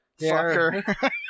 fucker